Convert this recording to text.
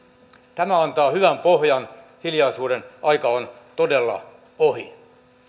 tämä antaa hyvän pohjan hiljaisuuden aika on todella ohi